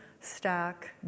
stack